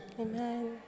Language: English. Amen